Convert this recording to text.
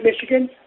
Michigan